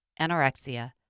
anorexia